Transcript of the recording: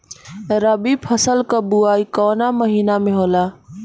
रबी फसल क बुवाई कवना महीना में होला?